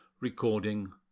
Recording